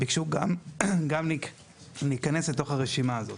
ביקשו גם להיכנס לתוך הרשימה הזאת.